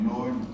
Lord